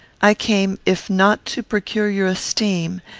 i came, if not to procure your esteem,